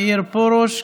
מאיר פרוש,